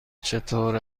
چطور